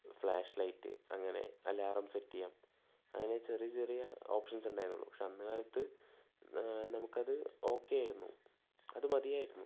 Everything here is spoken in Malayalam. ഫ്ലാഷ് ലൈറ്റ് അങ്ങനെ അലാറം സെറ്റ് ചെയ്യാം അങ്ങനെ ചെറിയ ചെറിയ ഓപ്ഷൻസ് ഉണ്ടാരുന്നുള്ളു പഷെ അന്ന് കാലത്ത് നമുക്കത് ഓക്കേ ആയിരുന്നു അതു മതിയാരുന്നു